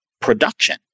production